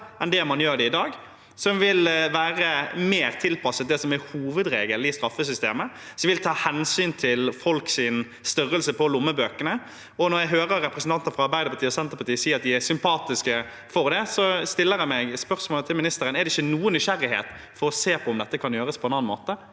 enn det man gjør i dag, som vil være mer tilpasset det som er hovedregelen i straffesystemet, og som vil ta hensyn til størrelsen på folks lommebøker. Når jeg hører representanter fra Arbeiderpartiet og Senterpartiet si at de har sympati for det, stiller jeg spørsmålet til ministeren: Er det ikke noen nysgjerrighet rundt å se på om dette kan gjøres på en annen måte?